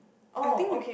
I think